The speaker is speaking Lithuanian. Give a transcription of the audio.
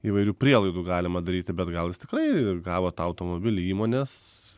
įvairių prielaidų galima daryti bet gal jis tikrai gavo tą automobilį įmonės